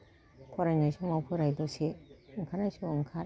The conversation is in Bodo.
फरायनाय समाव फराय दसे ओंखारनाय समाव ओंखार